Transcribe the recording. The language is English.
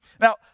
Now